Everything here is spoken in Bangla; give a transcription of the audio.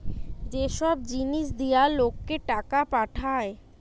যে সব জিনিস দিয়া লোককে টাকা পাঠায়